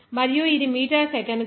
మరియు ఇది మీటర్ సెకనుకు 1